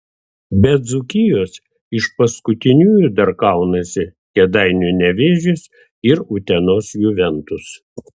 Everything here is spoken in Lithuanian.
be dzūkijos iš paskutiniųjų dar kaunasi kėdainių nevėžis ir utenos juventus